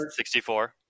64